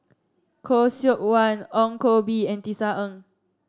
Khoo Seok Wan Ong Koh Bee and Tisa Ng